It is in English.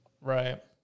Right